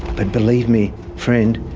but believe me friend,